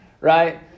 Right